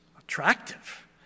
attractive